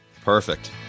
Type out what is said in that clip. Perfect